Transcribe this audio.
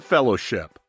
Fellowship